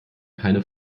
keine